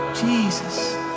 Jesus